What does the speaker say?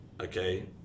okay